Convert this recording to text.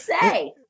say